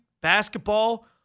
basketball